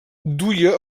duia